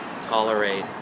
tolerate